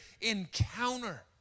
encounter